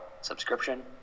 subscription